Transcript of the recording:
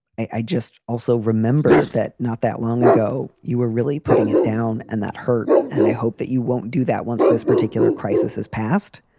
i just also remember that not that long ago you were really putting it down and that hurt. and i hope that you won't do that once this particular crisis has passed,